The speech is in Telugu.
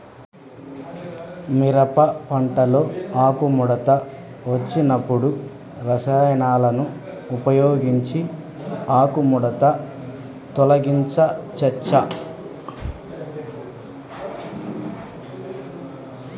మిరప పంటలో ఆకుముడత వచ్చినప్పుడు రసాయనాలను ఉపయోగించి ఆకుముడత తొలగించచ్చా?